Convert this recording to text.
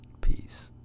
Peace